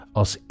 als